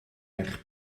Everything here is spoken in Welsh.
eich